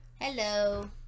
Hello